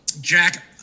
Jack